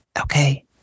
Okay